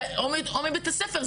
או מבית הספר,